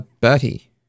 Bertie